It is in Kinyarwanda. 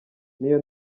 niyo